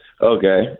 Okay